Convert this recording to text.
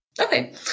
Okay